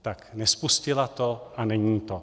Tak, nespustila to a není to.